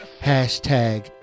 hashtag